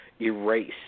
erase